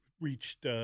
reached